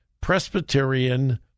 Presbyterian